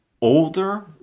Older